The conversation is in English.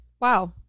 Wow